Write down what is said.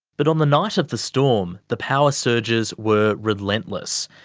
but on the night of the storm, the power surges were relentless.